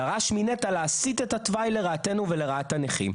דרש מנת"ע להסיט את התוואי לרעתנו ולרעת הנכים,